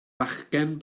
fachgen